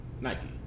Nike